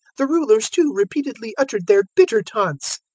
the rulers, too, repeatedly uttered their bitter taunts.